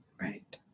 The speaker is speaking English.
Right